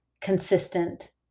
consistent